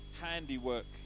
handiwork